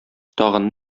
тагын